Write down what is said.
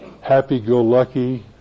happy-go-lucky